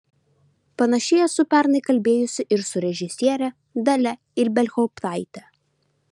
panašiai esu pernai kalbėjusi ir su režisiere dalia ibelhauptaite